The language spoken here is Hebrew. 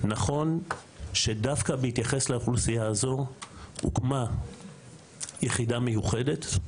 נכון שדווקא בהתייחס לאוכלוסייה הזו הוקמה יחידה מיוחדת,